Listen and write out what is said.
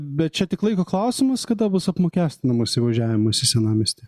bet čia tik laiko klausimas kada bus apmokestinamas įvažiavimas į senamiestį